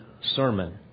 sermon